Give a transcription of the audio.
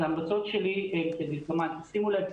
אז ההמלצות שלי הן כדלקמן: שימו לב,